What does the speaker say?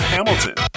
Hamilton